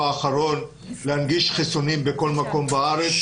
האחרון להנגיש חיסונים בכל מקום בארץ,